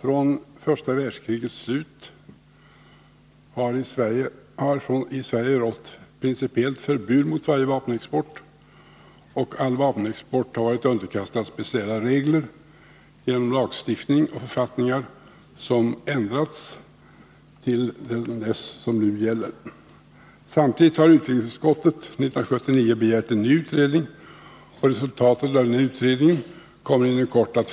Från första världskrigets slut har i Sverige rått principiellt förbud mot varje vapenexport, och all vapenexport har varit underkastad speciella regler genom lagstiftning och författningar, som ändrats till att bli de som nu gäller. Samtidigt har utrikesutskottet 1979 begärt en ny utredning, och resultatet av denna utredning kommer inom kort att